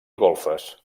golfes